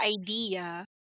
idea